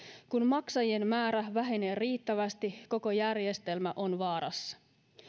kun maksajien määrä vähenee riittävästi koko järjestelmä on vaarassa